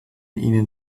ihnen